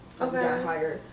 Okay